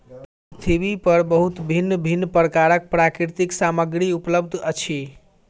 पृथ्वी पर बहुत भिन्न भिन्न प्रकारक प्राकृतिक सामग्री उपलब्ध अछि